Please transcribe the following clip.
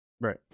Right